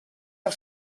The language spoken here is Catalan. del